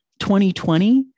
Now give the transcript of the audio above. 2020